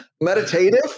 Meditative